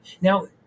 now